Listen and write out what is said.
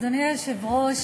אדוני היושב-ראש,